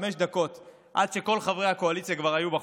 יותר מחמש דקות עד שכל חברי האופוזיציה היו בחוץ,